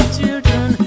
children